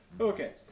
Okay